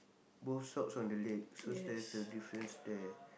both socks on the leg so there's a difference there